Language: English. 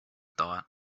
thought